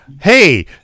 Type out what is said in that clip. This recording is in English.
hey